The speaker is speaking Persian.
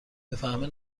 بفهمه